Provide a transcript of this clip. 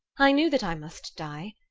i knew that i must die,